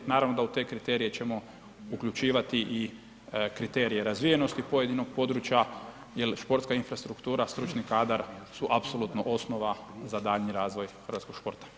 Naravno da u te kriterije ćemo uključivati i kriterije razvijenosti pojedinog područja, jer športska infrastruktura, stručni kadar su apsolutno osnova za daljnji razvoj hrvatskog športa.